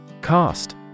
Cost